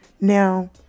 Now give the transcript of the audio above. Now